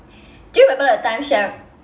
do you remember that time che~